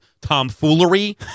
tomfoolery